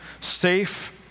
safe